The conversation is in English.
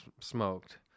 smoked